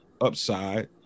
upside